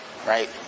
Right